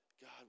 God